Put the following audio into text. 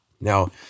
Now